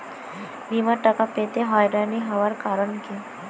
বিমার টাকা পেতে হয়রানি হওয়ার কারণ কি?